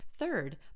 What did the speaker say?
Third